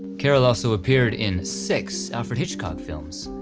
carroll also appeared in six alfred hitchcock films,